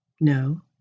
no